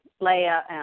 Leah